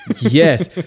Yes